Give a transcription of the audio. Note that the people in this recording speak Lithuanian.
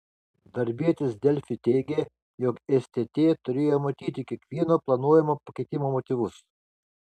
darbietis delfi teigė jog stt turėjo matyti kiekvieno planuojamo pakeitimo motyvus